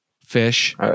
fish